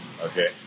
Okay